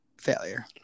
failure